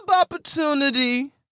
opportunity